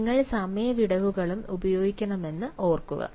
നിങ്ങൾ സമയ വിടവുകളും ഉപയോഗിക്കണമെന്ന് ഓർമ്മിക്കുക